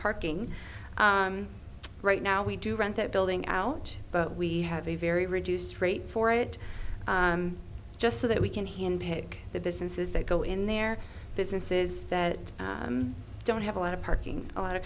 parking right now we do rent that building out but we have a very reduced rate for it just so that we can him pick the businesses that go in their businesses that don't have a lot of parking lot of